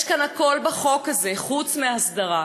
יש כאן הכול בחוק הזה חוץ מהסדרה.